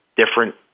Different